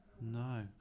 No